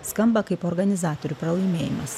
skamba kaip organizatorių pralaimėjimas